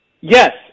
Yes